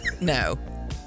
No